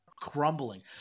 crumbling